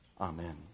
amen